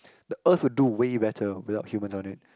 the earth will do way better without human on it